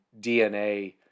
DNA